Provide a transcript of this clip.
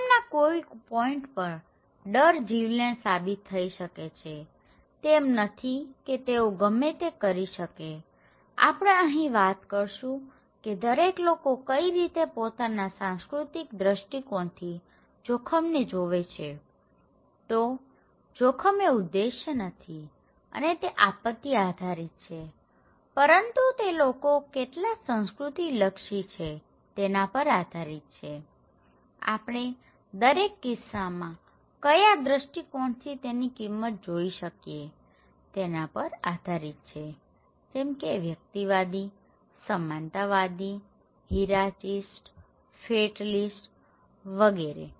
જોખમના કોઈ પોઇન્ટ પર ડર જીવલેણ સાબિત થઈ શકે છેતે એમ નથી કે તેઓ ગમે તે કરી શકે છેઆપણે અહીં વાત કરીશું કે દરેક લોકો કઈ રીતે પોતાના સાંસ્કૃતિક દ્રષ્ટિકોણથી જોખમને જોવે છેતો જોખમ એ ઉદેશ્ય નથી અને તે આપત્તિ આધારીત છે પરંતુ તે લોકો કેટલા સઁસ્કૃતિ લક્ષી છે તેના પર આધારીત છેઆપણે દરેક કિસ્સામાં કયા દ્રષ્ટિકોણથી તેની કિંમત જોઈ છીએ તેના પર આધારીત છે જેમકે વ્યક્તિવાદી સમાનતાવાદીહીરાચીસ્ટ ફેટલીસ્ટ વગેરે